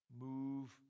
Move